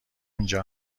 اینجا